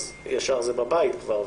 אז ישר זה בבית כבר,